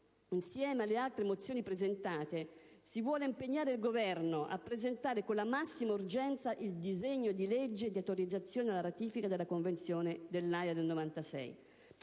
insieme alle altre presentate, si vuole impegnare il Governo a presentare con la massima urgenza il disegno di legge di autorizzazione alla ratifica della Convezione dell'Aja del 1996